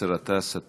באסל גטאס,